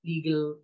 Legal